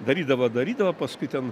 darydavo darydavo paskui ten